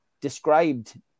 described